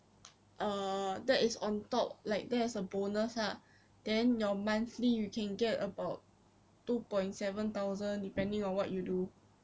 err that is on top like that is a bonus lah then your monthly you can get about two point seven thousand depending on what you do